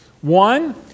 One